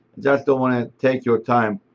just don't wanna take your time.